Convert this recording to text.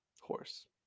horse